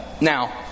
now